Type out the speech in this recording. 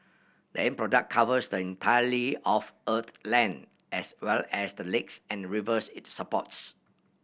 the end product covers the entirety of Earth's land as well as the lakes and rivers it supports